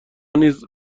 نیز